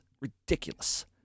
Ridiculous